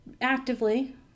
Actively